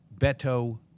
Beto